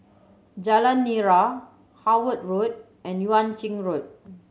Jalan Nira Howard Road and Yuan Ching Road